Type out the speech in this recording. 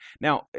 now